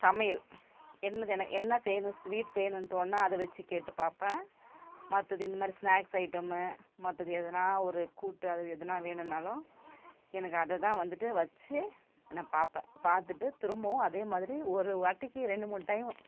சமையல் என்னது என என்ன செய்யணும் ஸ்வீட் செய்யணுன் தோணினா அதை வச்சு கேட்டு பார்ப்பேன் மற்றது இந்த மாதிரி ஸ்னாக்ஸ் ஐட்டமு மற்றது எதுனால் ஒரு கூட்டு அது எதுனால் வேணுன்னாலும் எனக்கு அதுதான் வந்துட்டு வச்சு நான் பார்ப்பேன் பார்த்துட்டு திரும்பவும் அதே மாதிரி ஒரு வாட்டிக்கு ரெண்டு மூணு டைம்